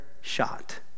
shot